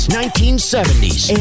1970s